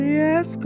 yes